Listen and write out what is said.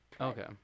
Okay